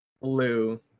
blue